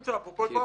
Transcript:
משפחה שכולה.